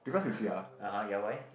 (uh huh) ya why